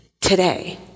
today